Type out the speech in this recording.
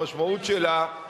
המשמעות שלה,